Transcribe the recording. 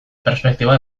perspektiba